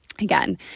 Again